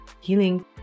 healing